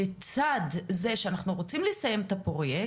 לצד זה שאנחנו רוצים לסיים את הפרוייקט,